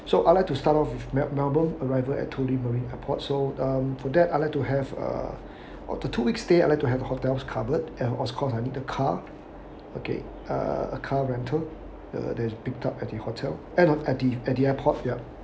so I like to start off with mel~ melbourne arrival at tullamarine airport so um for that I like to have uh the two week stay I like to have a hotels covered and of course I need a car okay uh a car rental the there is picked up at the hotel uh no at the at the airport yup